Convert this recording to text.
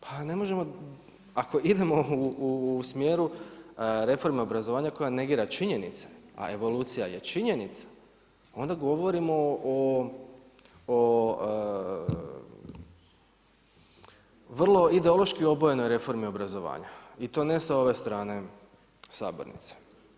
Pa ne možemo ako idemo u smjeru reforme obrazovanja koja negira činjenice, a evolucija je činjenica onda govorimo o vrlo ideološki obojenoj reformi obrazovanja i to ne s ove strane sabornice.